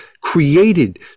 created